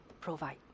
provide